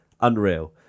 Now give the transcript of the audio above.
Unreal